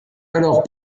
alors